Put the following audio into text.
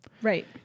Right